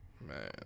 Man